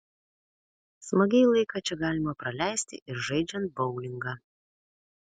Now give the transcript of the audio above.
smagiai laiką čia galima praleisti ir žaidžiant boulingą